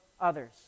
others